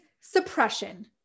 suppression